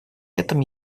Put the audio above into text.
этом